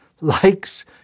likes